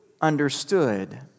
understood